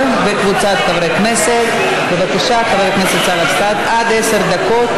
בעד, 43 מתנגדים, אין נמנעים.